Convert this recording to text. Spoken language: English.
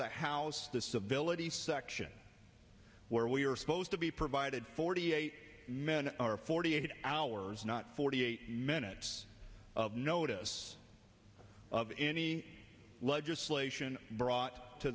the house the civility section where we are supposed to be provided forty eight men or forty eight hours not forty eight minutes of notice of any legislation brought to